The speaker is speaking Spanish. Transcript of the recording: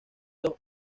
dos